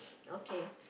okay